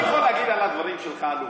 יריב, אני יכול להגיד על הדברים שלך "עלובים".